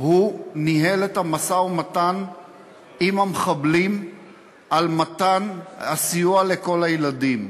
הוא ניהל את המשא-ומתן עם המחבלים על מתן הסיוע לכל הילדים,